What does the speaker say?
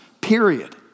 period